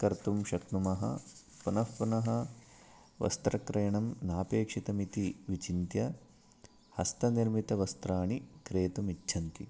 कर्तुं शक्नुमः पुनः पुनः वस्त्रक्रयणं नापेक्षितमिति विचिन्त्य हस्तनिर्मितवस्त्राणि क्रेतुम् इच्छन्ति